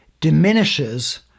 diminishes